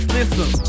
listen